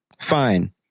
Fine